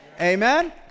Amen